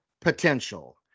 potential